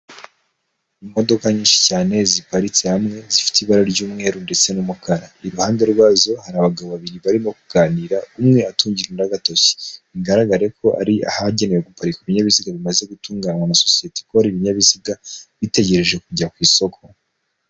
Imodoka nyinshi cyane ziparitse hamwe zifite ibara ry'umweru ndetse n'umukara, iruhande rwazo hari abagabo babiri barimo kuganira umwe atungira undi agatoki, bigaragara ko ari ahagenewe guparika ibinyabiziga bimaze gutunganywa na sosiyete ikora ibinyabiziga bitegereje kujya ku isoko.